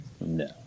no